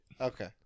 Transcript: okay